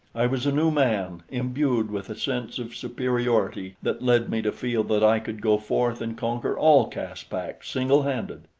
i was a new man, imbued with a sense of superiority that led me to feel that i could go forth and conquer all caspak single-handed.